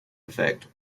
effect